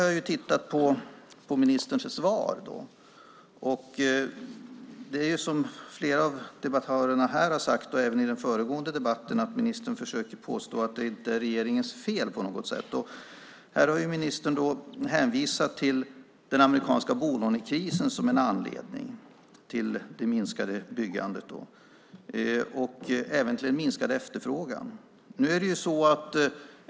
Jag har läst ministerns svar, och som flera av debattörerna i den här och även i den föregående debatten har sagt försöker ministern påstå att det inte är regeringens fel på något sätt. Här har ministern hänvisat till den amerikanska bolånekrisen som en anledning till det minskade byggandet och även till den minskade efterfrågan.